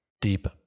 deep